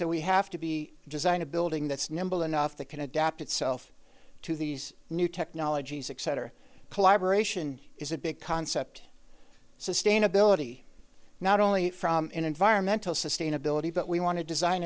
so we have to be design a building that's nimble enough that can adapt itself to these new technologies exciter collaboration is a big concept sustainability not only in environmental sustainability but we want to design